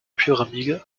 pyramide